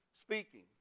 speaking